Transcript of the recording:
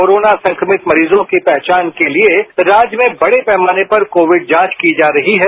corona संक्रमित मरीजों की पहचान को लिए राज्य में बड़े पैमाने पर कोविड जांच की जा रही है